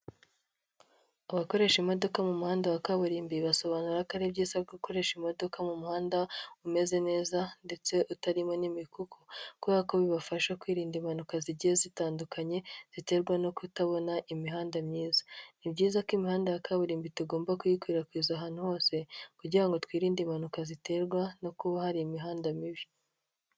Abakoresha imodoka mu muhanda wa kaburimbo basobanura ko ari byiza gukoresha imodoka mu muhanda umeze neza ndetse utarimo n'imikuku, kubera ko bibafasha kwirinda impanuka zigiye zitandukanye ziterwa no kutabona imihanda myiza; ni byiza ko imihanda ya kaburimbo tugomba kuyikwirakwiza ahantu hose kugira ngo twirinde impanuka ziterwa no kuba hari imihanda mibi.